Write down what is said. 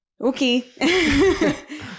Okay